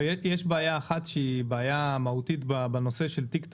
יש בעיה אחת שהיא בעיה מהותית בנושא של תיק תמרוק.